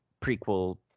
prequel